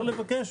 אפשר לבקש,